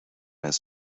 his